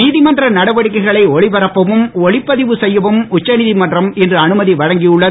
நீதிமன்ற நடவடிக்கைகளை ஒளிபரப்பவும் ஒளி பதிவு செய்யவும் உச்சநீதமன்றம் இன்று அனுமதி வழங்கியுள்ளது